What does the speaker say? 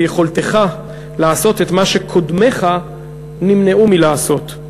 ביכולתך לעשות את מה שקודמיך נמנעו מלעשות.